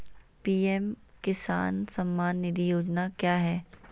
PM Kisan Samman Nidhi Yojana क्या है?